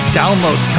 download